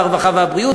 הרווחה והבריאות,